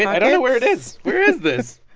i don't know where it is. where is this?